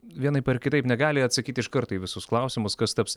vienaip ar kitaip negali atsakyti iš karto visus klausimus kas taps